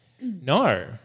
no